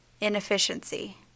inefficiency